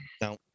No